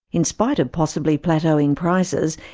in spite of possibly plateauing prices,